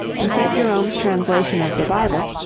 and st. jerome's translation of the bible,